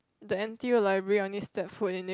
the N_T_U library i only step food in it